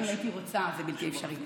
גם אם הייתי רוצה, זה בלתי אפשרי.